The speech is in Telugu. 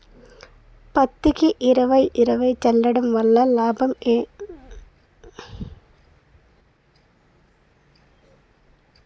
పత్తికి ఇరవై ఇరవై చల్లడం వల్ల ఏంటి లాభం?